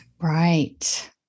Right